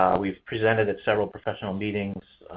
we've presented at several professional meetings.